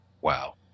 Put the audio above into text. Wow